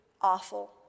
awful